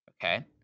okay